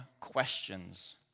questions